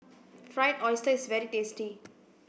fried oyster is very tasty